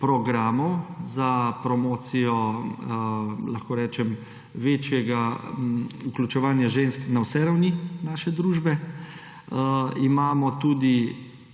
programov za promocijo, lahko rečem, večjega vključevanja žensk na vse ravni naše družbe. Imamo tudi